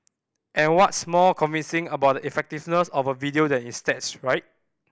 and what's more convincing about the effectiveness of a video than its stats right